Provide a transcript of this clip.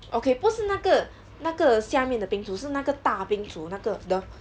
okay 不是那个那个下面的冰厨是那个大冰厨那个 the